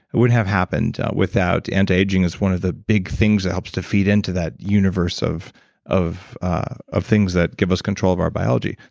it wouldn't have happened without anti-aging as one of the big things that helps to feed into that universe of of things that give us control of our biology.